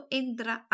entra